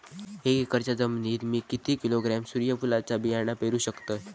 एक एकरच्या जमिनीत मी किती किलोग्रॅम सूर्यफुलचा बियाणा पेरु शकतय?